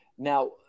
Now